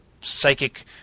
psychic